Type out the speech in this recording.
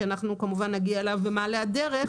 שנגיע אליו במעלה הדרך,